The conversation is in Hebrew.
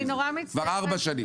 כבר ארבע שנים.